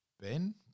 Ben